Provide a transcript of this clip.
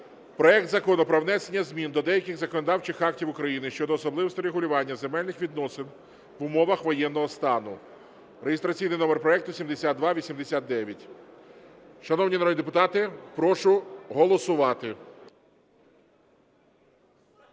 проект Закону про внесення змін до деяких законодавчих актів України щодо особливостей регулювання земельних відносин в умовах воєнного стану (реєстраційний номер проекту 7289). Шановні народні депутати, прошу голосувати.